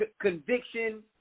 conviction